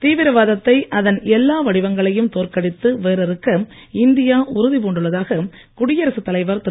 தீவிரவாதத்தை அதன் எல்லா வடிவங்களையும் தோற்கடித்து வேரறுக்க இந்தியா உறுதி பூண்டுள்ளதாக குடியரசுத் தலைவர் திரு